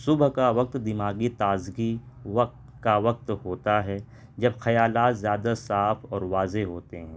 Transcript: صبح کا وقت دماغی تازگی وقت کا وقت ہوتا ہے جب خیالات زیادہ صاف اور واضح ہوتے ہیں